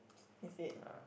is it